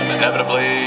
Inevitably